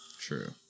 True